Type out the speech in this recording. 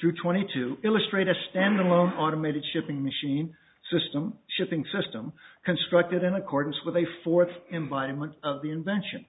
through twenty to illustrate a standalone automated shipping machine system shipping system constructed in accordance with a fourth embodiment of the invention